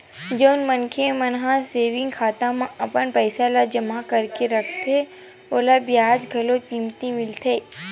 जउन मनखे मन ह सेविंग खाता म अपन पइसा ल जमा करके रखथे ओला बियाज घलो कमती मिलथे